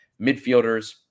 Midfielders